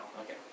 Okay